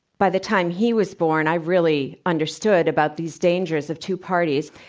by the time he was born, i really understood about these dangers of two parties,